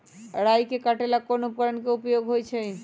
राई के काटे ला कोंन उपकरण के उपयोग होइ छई?